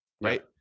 right